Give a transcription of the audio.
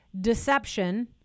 deception